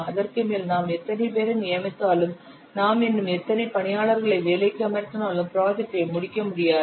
அதற்கும் மேல் நாம் எத்தனை பேரை நியமித்தாலும் நாம் இன்னும் எத்தனை பணியாளர்களை வேலைக்கு அமர்த்தினாலும் ப்ராஜெக்டை முடிக்க முடியாது